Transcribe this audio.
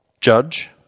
judge